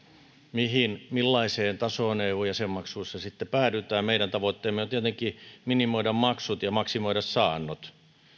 millaiseen tasoon eu jäsenmaksuissa sitten päädytään meidän tavoitteemme on tietenkin minimoida maksut ja maksimoida saannot